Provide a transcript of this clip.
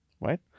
right